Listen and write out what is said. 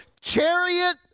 chariot